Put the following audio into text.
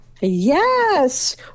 Yes